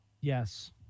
Yes